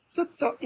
tutto